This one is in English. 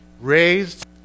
Raised